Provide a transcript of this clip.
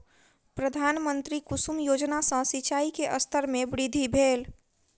प्रधानमंत्री कुसुम योजना सॅ सिचाई के स्तर में वृद्धि भेल